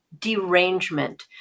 derangement